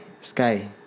Sky